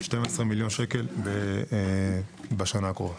12 מיליון שקל בשנה הקרובה.